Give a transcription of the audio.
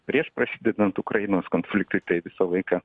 prieš prasidedant ukrainos konfliktui tai visą laiką